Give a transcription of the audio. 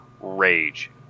rage